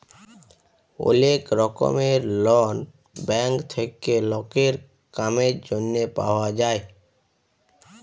ওলেক রকমের loan bank থেক্যে লকের কামের জনহে পাওয়া যায়